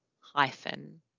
hyphen